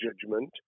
judgment